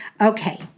Okay